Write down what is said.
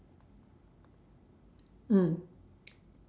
mm